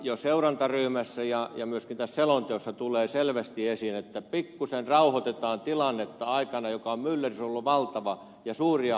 jo seurantaryhmässä tuli ja myöskin tässä selonteossa tulee selvästi esiin että pikkusen rauhoitetaan tilannetta aikana jolloin myllerrys on ollut valtava ja suuria haasteita on edessä